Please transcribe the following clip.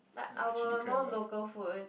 like our more local food